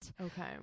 Okay